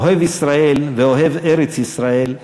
אוהב ישראל ואוהב ארץ-ישראל,